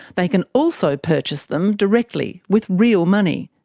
they can also purchase them directly, with real money.